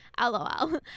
lol